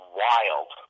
wild